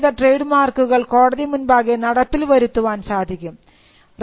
register ചെയ്ത trade മാർക്കുകൾ കോടതി മുൻപാകെ നടപ്പിൽ വരുത്തുവാൻ സാധിക്കും